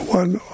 one